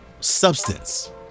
substance